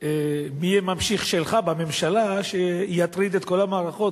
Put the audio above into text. מי יהיה הממשיך שלך בממשלה שיטריד את כל המערכות,